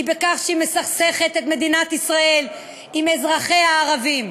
זה שהיא מסכסכת את מדינת ישראל עם אזרחיה הערבים,